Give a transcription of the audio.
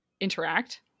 interact